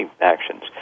actions